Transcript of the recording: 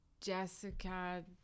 Jessica